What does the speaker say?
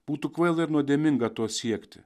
būtų kvaila ir nuodėminga to siekti